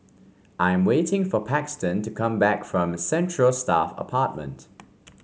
I'm waiting for Paxton to come back from Central Staff Apartment